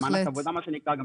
מענק עבודה מה שנקרא,